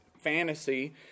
fantasy